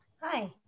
Hi